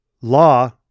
law